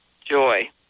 joy